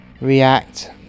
React